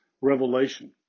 revelation